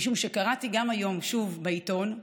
משום שקראתי גם היום שוב בעיתון,